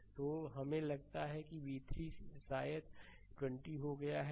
तो हमें लगता है कि v3 शायद 20 हो गया है